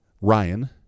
Ryan